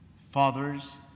fathers